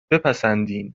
بپسندین